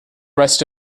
rest